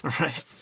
right